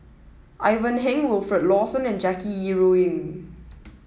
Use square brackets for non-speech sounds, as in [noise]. Ivan Heng Wilfed Lawson and Jackie Yi Ru Ying [noise]